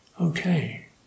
okay